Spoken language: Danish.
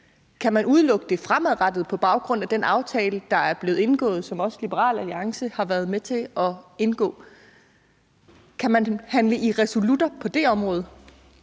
Kan man udelukke det fremadrettet på baggrund af den aftale, der er blevet indgået, og som også Liberal Alliance har været med til at indgå? Kan man handle i absolutter på det område?